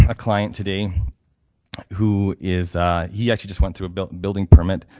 ah client today who is he actually just went through a building building permit.